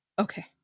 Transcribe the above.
okay